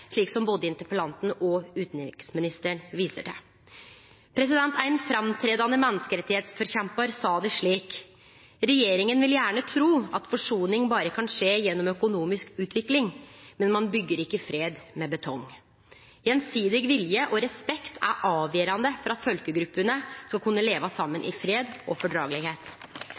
både interpellanten og utanriksministeren viser til. Ein framståande menneskerettsforkjempar sa det slik: Regjeringa vil gjerne tru at forsoning berre kan skje gjennom økonomisk utvikling, men ein byggjer ikkje fred med betong. Gjensidig vilje og respekt er avgjerande for at folkegruppene skal kunne leve saman i fred og fordragelegheit.